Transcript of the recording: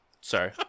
Sorry